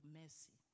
mercy